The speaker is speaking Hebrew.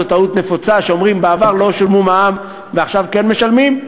זה טעות נפוצה שאומרים שבעבר לא שילמו מע"מ ועכשיו כן משלמים,